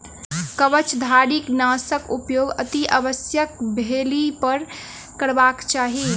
कवचधारीनाशक उपयोग अतिआवश्यक भेलहिपर करबाक चाहि